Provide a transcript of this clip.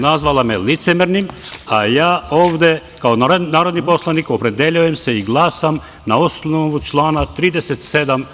Nazvala me licemernim, a ja ovde kao narodni poslanik opredeljujem se i glasam na osnovu člana 37.